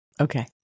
Okay